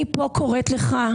אני פה קוראת לך,